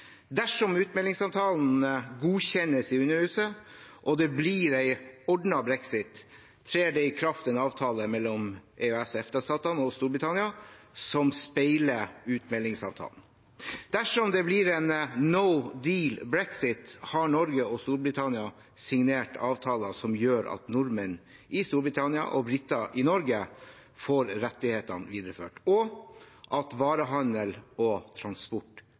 Dersom utmeldingsavtalen godkjennes i Underhuset og det blir en ordnet brexit, trer det i kraft en avtale mellom EØS/EFTA-statene og Storbritannia som speiler utmeldingsavtalen. Dersom det blir en «no deal»-brexit, har Norge og Storbritannia signert avtaler som gjør at nordmenn i Storbritannia og briter i Norge får rettigheter videreført, og at varehandel og transport